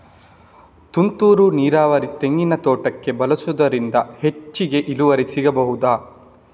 ತುಂತುರು ನೀರಾವರಿ ತೆಂಗಿನ ತೋಟಕ್ಕೆ ಬಳಸುವುದರಿಂದ ಹೆಚ್ಚಿಗೆ ಇಳುವರಿ ಸಿಕ್ಕಬಹುದ?